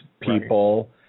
people